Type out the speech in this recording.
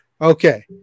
Okay